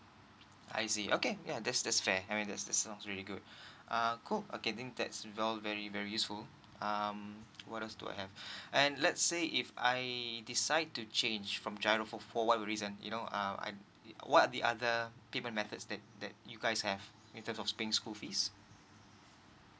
I see okay ya that's that's fair I mean that's that sounds really good uh cool okay I think that's well very very useful um what else do I have and let's say if I decide to change from G_I_R_O for for whatever reason you know uh I what are the other given methods that that you guys have in terms of paying school fees